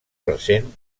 recent